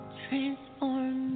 transform